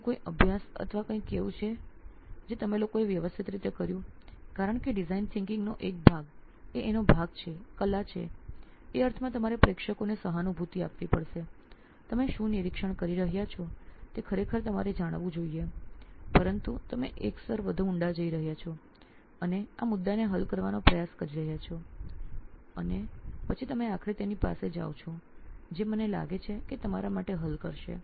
શું કોઈ અભ્યાસ અથવા કંઈક એવું છે કે તમે લોકોએ વ્યવસ્થિત રીતે કર્યું છે કારણકે ડિઝાઇન વિચારસરણી નો એક ભાગ એ એનો ભાગ છે કલા છે એ અર્થમાં તમારે પ્રેક્ષકોને સહાનુભૂતિ આપવી પડશે તમે શું નિરીક્ષણ કરી રહ્યા છો તે ખરેખર તમારે જાણવું જોઈએ પરંતુ તમે એક સ્તર વધુ ઊંડા જઈ રહ્યા છો અને આ મુદ્દાને હલ કરવાનો પ્રયાસ કરી રહ્યા છો અને પછી તમે આખરે તેની પાસે જાઓ છો જે મને લાગે છે કે તે તમારા માટે હલ કરશે